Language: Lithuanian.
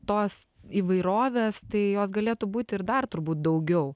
tos įvairovės tai jos galėtų būti ir dar turbūt daugiau